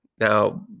now